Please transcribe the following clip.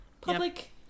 Public